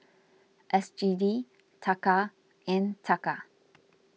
S G D Taka and Taka